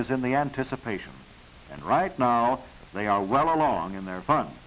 is in the anticipation and right now they are well along in their fun